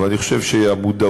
אבל אני חושב שהמודעות,